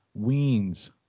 Weens